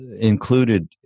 included